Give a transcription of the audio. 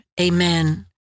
Amen